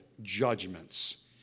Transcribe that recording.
judgments